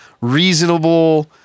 reasonable